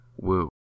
woo